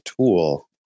tool